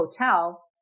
hotel